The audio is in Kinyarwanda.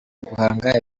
guhanga